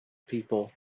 people